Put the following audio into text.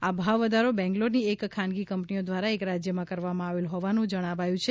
આ ભાવ વધારો બેંગલોરની એક ખાનગી કંપનીઓ દ્વારા એક રાજ્યમાં કરવામાં આવેલ હોવાનું જણાયેલ છે